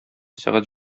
сәгать